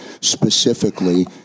specifically